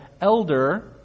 elder